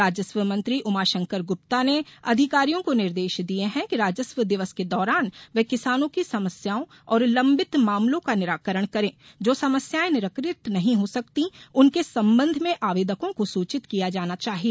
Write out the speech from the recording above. राजस्व मंत्री उमाशंकर गुप्ता ने आधिकारियों को निर्देश दे दिये हैं कि राजस्व दिवस के दौरान वे किसानों की समस्याओं और लम्बित मामलों का निराकरण करें जो समस्याएँ निराक त नहीं हो सकतीं उनके संबंध में आवेदकों को सूचित किया जाना चाहिय